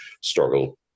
struggle